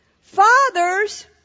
Fathers